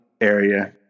area